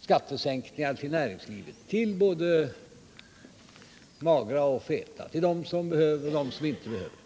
skattesänkningar till näringslivet — till både magra och feta, till dem som behöver och till dem som inte behöver?